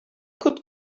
could